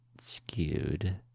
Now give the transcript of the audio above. skewed